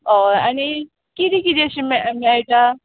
ऑय आनी कितें कितें अशें मे मेयटा